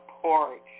porch